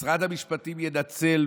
משרד המשפטים ינצל,